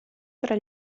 tra